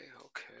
okay